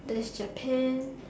there's Japan